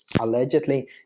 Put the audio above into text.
allegedly